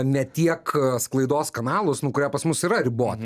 ne tiek sklaidos kanalus nu kurie pas mus yra ribo